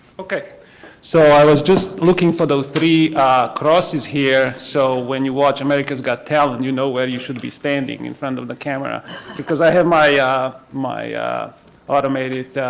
ok so i was just looking for the three crosses here so when you watch americas got talent you know where you should be standing in front of the camera because i have my ah my automated